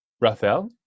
Raphael